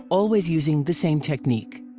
always using the same technique.